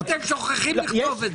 למה אתם שוכחים לכתוב את זה?